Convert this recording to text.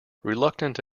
reluctant